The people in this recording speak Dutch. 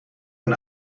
een